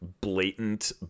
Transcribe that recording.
blatant